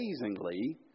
amazingly